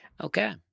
Okay